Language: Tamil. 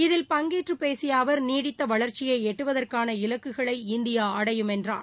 இதில் பங்கேற்று பேசிய அவர் நீடித்த வளர்ச்சியை எட்டுவதற்கான இலக்குகளை இந்தியா அடையும் என்றார்